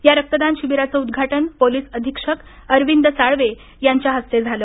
या रक्तदान शिबिराचं उद्घाटन पोलीस अधीक्षक अरविंद साळवे यांच्या हस्ते झालं